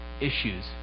issues